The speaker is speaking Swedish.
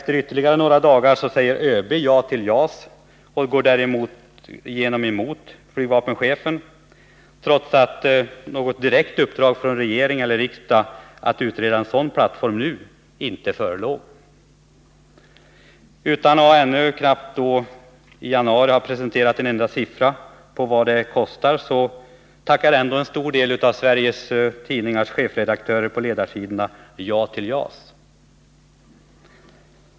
Efter ytterligare några dagar säger ÖB ja till JAS och går därmed emot flygvapenchefen, trots att något uppdrag från regering eller riksdag att utreda en sådan flygplansplattform då inte föreligger. 6. Utan att ännu ha presenterat en enda siffra på vad det kostar tackar i januari en stor del av Sveriges tidningars chefredaktörer på ledarsidorna ja till JAS. 7.